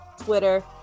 Twitter